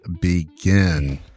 begin